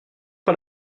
pas